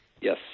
yes